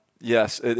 Yes